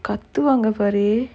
கத்துவாங்க பாரு:kathuvaanga paaru